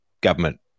government